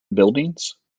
buildings